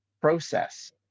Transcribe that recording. process